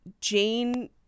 Jane